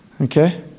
Okay